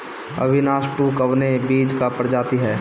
अविनाश टू कवने बीज क प्रजाति ह?